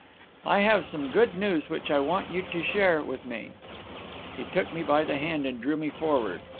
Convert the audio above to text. i have some good news which i want you to share with me he took me by the hand and drew me forward.